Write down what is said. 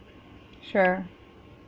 sure